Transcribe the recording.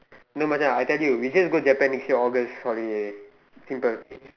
no Macha I tell you we just go Japan next year August holiday simple